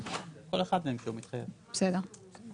תנסו לדבר על זה